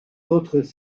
autres